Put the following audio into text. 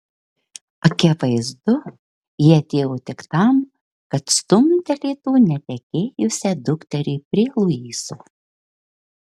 akivaizdu ji atėjo tik tam kad stumtelėtų netekėjusią dukterį prie luiso